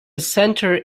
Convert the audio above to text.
centre